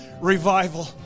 revival